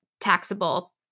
taxable